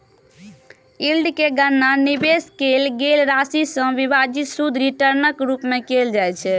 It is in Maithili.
यील्ड के गणना निवेश कैल गेल राशि सं विभाजित शुद्ध रिटर्नक रूप मे कैल जाइ छै